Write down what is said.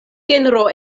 genro